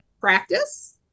practice